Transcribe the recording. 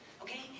okay